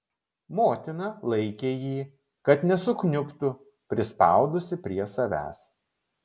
motina laikė jį kad nesukniubtų prispaudusi prie savęs